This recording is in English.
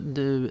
du